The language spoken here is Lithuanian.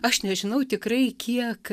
aš nežinau tikrai kiek